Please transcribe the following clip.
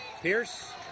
Pierce